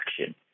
action